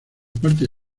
parte